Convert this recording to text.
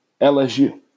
LSU